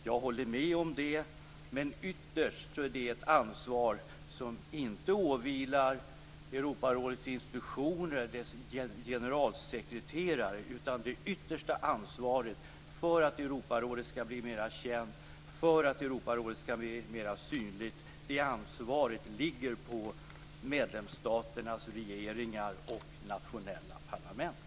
Jag håller med om det men ytterst är det ett ansvar som inte åvilar Europarådets institutioner och dess generalsekreterare. Det yttersta ansvaret för att Europarådet skall bli mera känt och mera synligt ligger i stället på medlemsstaternas regeringar och nationella parlament.